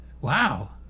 wow